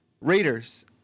Raiders